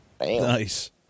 Nice